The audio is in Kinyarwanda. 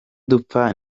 dupfa